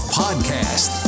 podcast